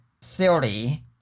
silly